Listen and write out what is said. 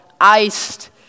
iced